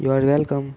you're welcome